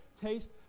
taste